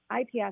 IPS